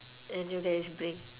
and you guys bring